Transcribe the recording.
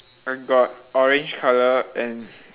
I got orange colour and